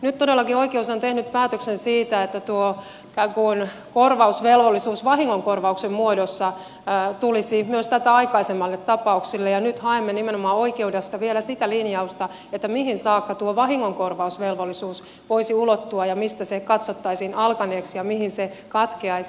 nyt todellakin oikeus on tehnyt päätöksen siitä että tuo ikään kuin korvausvelvollisuus vahingonkorvauksen muodossa tulisi myös tätä aikaisemmille tapauksille ja nyt haemme nimenomaan oikeudesta vielä linjausta siitä mihin saakka tuo vahingonkorvausvelvollisuus voisi ulottua ja mistä se katsottaisiin alkaneeksi ja mihin se katkeaisi